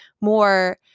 more